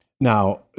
Now